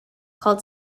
called